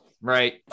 right